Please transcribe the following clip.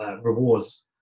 rewards